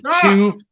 two